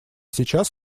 сейчас